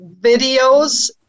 videos